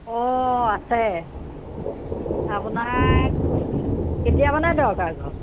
অ' আছে আপোনাক কেতিয়া মানে দৰকাৰ ঘৰ